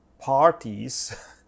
parties